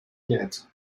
yet